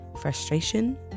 frustration